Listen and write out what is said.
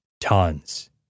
tons